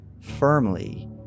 firmly